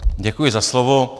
Děkuji za slovo.